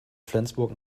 flensburg